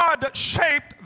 God-shaped